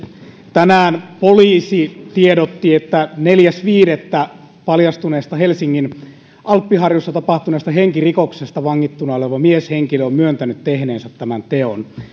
tänään poliisi tiedotti että neljäs viidettä paljastuneesta helsingin alppiharjussa tapahtuneesta henkirikoksesta vangittuna oleva mieshenkilö on myöntänyt tehneensä tämän teon